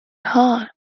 heart